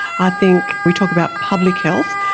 i think we talk about public health,